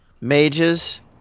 mages